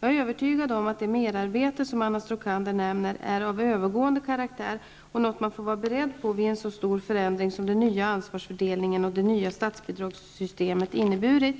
Jag är övertygad om att det merarbete som Anna Stråkander nämner är av övergående karaktär och något man får vara beredd på vid en så stor förändring som den nya ansvarsfördelningen och det nya statsbidragssystemet inneburit.